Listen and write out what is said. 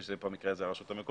שזה במקרה הזה הרשות המקומית,